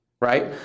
right